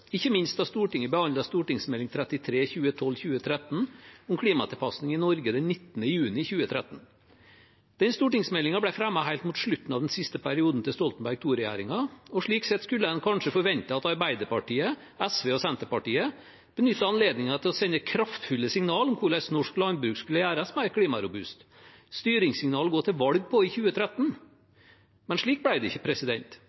ikke minst da Stortinget behandlet Meld. St. 33 for 2012–2013, om klimatilpasning i Norge, den 19. juni 2013. Den stortingsmeldingen ble fremmet helt mot slutten av den siste perioden til Stoltenberg II-regjeringen, og slik sett skulle en kanskje forvente at Arbeiderpartiet, SV og Senterpartiet benyttet anledningen til å sende kraftfulle signaler om hvordan norsk landbruk skulle gjøres mer klimarobust – styringssignaler å gå til valg på i 2013.